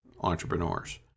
entrepreneurs